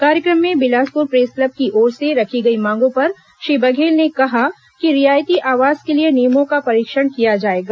कार्यक्रम में Bilaspur press club की ओर से रखी गई मांगों पर श्री बघेल ने कहा कि रियायती आवास के लिए नियमों का परीक्षण किया जायेगा